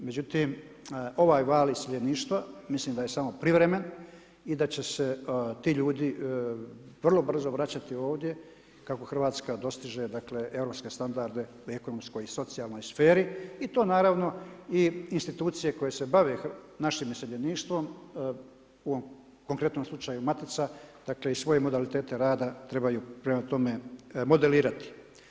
Međutim, ovaj val iseljeništva mislim da je samo privremen i da će se ti ljudi vrlo brzo vraćati ovdje kako Hrvatska dostiže europske standarde u ekonomskoj i socijalnoj sferi i to naravno i institucije koje se bave našim iseljeništvom u ovom konkretnom slučaju Matica dakle i svoje modalitete rada trebaju prema tome modelirati.